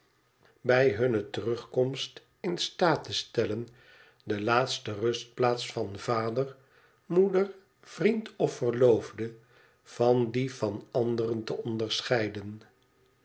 bij hunne terugkomst in staat te stellen de laatste rustplaats van vader moeder vriend of verloofde van die van anderen te onderscheiden